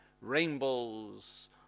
rainbows